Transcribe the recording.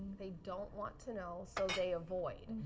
they don't want to know so they avoid.